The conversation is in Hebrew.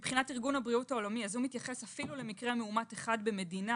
ארגון הבריאות העולמי מתייחס אפילו למקרה מאומת אחד במדינה